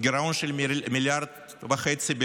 גירעון של 1.5 מיליארד בלבד,